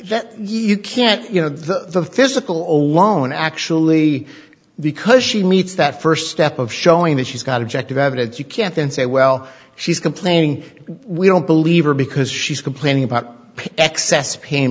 that you can you know the physical all lone actually because she meets that first step of showing that she's got objective evidence you can't then say well she's complaining we don't believe her because she's complaining about excess pain